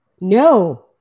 No